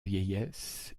vieillesse